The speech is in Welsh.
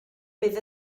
bydd